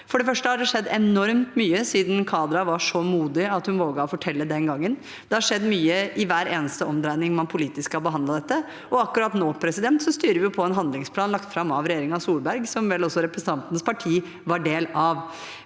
For det første har det skjedd enormt mye siden Kadra var så modig at hun våget å fortelle den gangen. Det har skjedd mye i hver eneste omdreining man politisk har behandlet dette, og akkurat nå styrer vi etter en handlingsplan lagt fram av regjeringen Solberg, som vel også representantens parti var en del av.